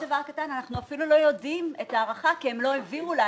אנחנו אפילו לא יודעים את ההערכה כי הם לא העבירו לנו.